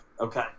Okay